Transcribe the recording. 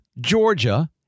Georgia